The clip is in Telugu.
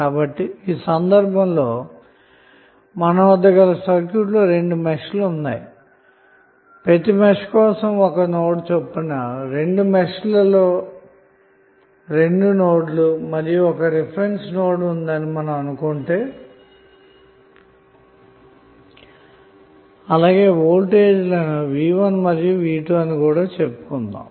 కాబట్టి ఈ సందర్భంలో మన వద్ద గల సర్క్యూట్లో రెండు మెష్లు ఉన్నాయి ప్రతి మెష్ కోసం ఒక నోడ్ చొప్పున రెండు మెష్ ల లో రెండు నోడ్ లు మరియు ఒక రెఫరెన్సు నోడ్ ఉందని అనుకొందాము అలాగే వోల్టేజ్ ల ను v1 మరియు v2 అనుకొందాం